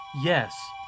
Yes